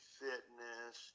fitness